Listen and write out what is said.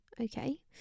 Okay